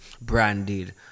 branded